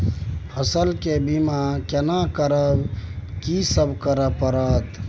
फसल के बीमा केना करब, की सब करय परत?